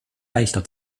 leichter